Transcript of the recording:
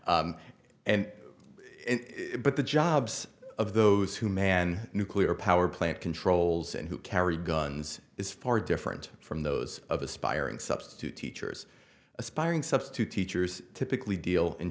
honor and but the jobs of those who manned nuclear power plant controls and who carry guns is far different from those of aspiring substitute teachers aspiring substitute teachers typically deal in